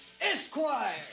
Esquire